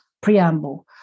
preamble